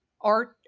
art